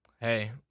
Hey